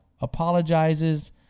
apologizes